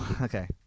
Okay